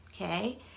okay